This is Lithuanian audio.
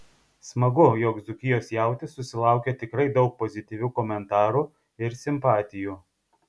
smagu jog dzūkijos jautis susilaukė tikrai daug pozityvių komentarų ir simpatijų